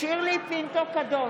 שירלי פינטו קדוש,